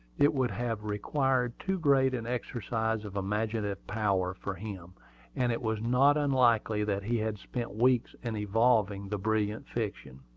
it would have required too great an exercise of imaginative power for him and it was not unlikely that he had spent weeks in evolving the brilliant fiction.